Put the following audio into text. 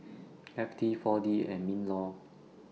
F T four D and MINLAW